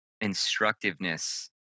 instructiveness